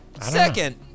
Second